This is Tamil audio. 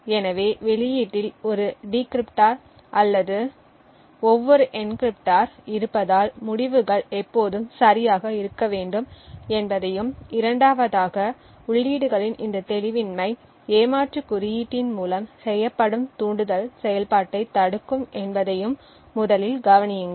எனவே வெளியீட்டில் ஒரு டிகிரிப்டோர் அல்லது ஒவ்வொரு என்கிரிப்டோர் இருப்பதால் முடிவுகள் எப்போதும் சரியாக இருக்க வேண்டும் என்பதையும் இரண்டாவதாக உள்ளீடுகளின் இந்த தெளிவின்மை ஏமாற்று குறியீட்டின் மூலம் செய்யப்படும் தூண்டுதல் செயல்பாட்டை தடுக்கும் என்பதையும் முதலில் கவனியுங்கள்